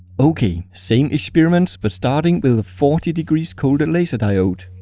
ok. same experiment but starting with a forty degc colder laser diode.